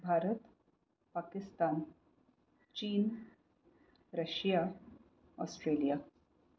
भारत पाकिस्तान चीन Russia Australia